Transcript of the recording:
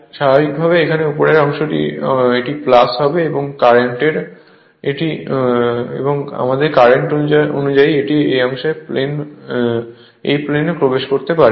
স্বাভাবিকভাবেই উপরের অংশ এটি আমাদের কারেন্ট অনুযায়ী এটি এই প্লেনে প্রবেশ করতে পারে